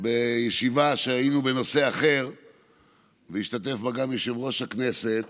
בישיבה שהיינו בה בנושא אחר והשתתף בה גם יושב-ראש הכנסת